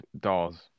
dolls